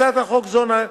הצעת חוק זו,